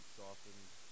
softened